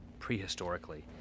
prehistorically